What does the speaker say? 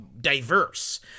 diverse